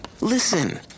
Listen